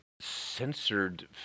censored